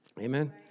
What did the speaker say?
Amen